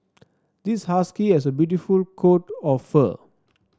this husky has a beautiful coat of fur